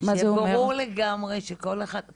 שיהיה ברור לגמרי שכל אחד --- מה זה אומר?